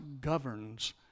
governs